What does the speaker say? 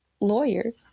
Lawyers